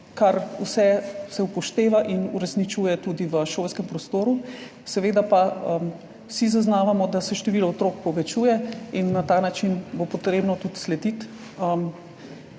kar vse se upošteva in uresničuje tudi v šolskem prostoru. Seveda pa vsi zaznavamo, da se število otrok povečuje in na ta način bo potrebno tudi slediti